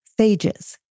phages